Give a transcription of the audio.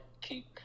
keep